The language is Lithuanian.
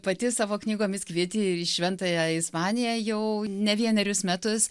pati savo knygomis kvieti ir į šventąją ispaniją jau ne vienerius metus